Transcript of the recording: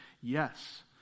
yes